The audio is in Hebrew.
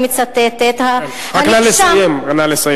ואז, אני מצטטת: הנאשם, רק נא לסיים.